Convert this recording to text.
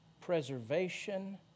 preservation